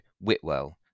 Whitwell